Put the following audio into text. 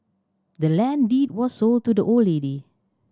the land deed was sold to the old lady